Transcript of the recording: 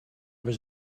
was